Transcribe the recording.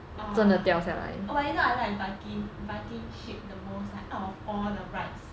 ah !wah! but then I like viking viking ship the most like out of all the rides